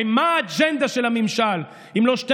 הרי מה האג'נדה של הממשל אם לא שתי